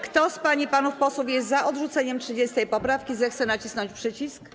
Kto z pań i panów posłów jest za odrzuceniem 30. poprawki, zechce nacisnąć przycisk.